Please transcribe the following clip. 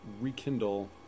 rekindle